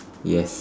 yes